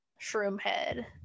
Shroomhead